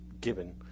given